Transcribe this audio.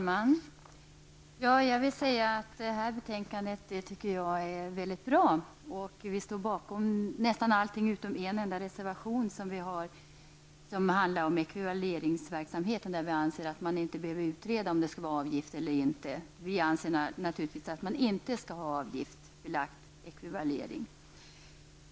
Herr talman! Jag tycker detta betänkande är bra, och vi står bakom nästan allt. Vi har en enda reservation, om ekvivaleringsverksamheten. Vi anser att det inte behöver utredas om avgift eller inte, eftersom vi anser att det inte skall vara någon avgift.